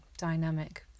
dynamic